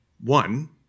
one